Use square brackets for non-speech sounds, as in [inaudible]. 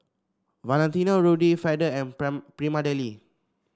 Valentino Rudy Feather and [unintelligible] Prima Deli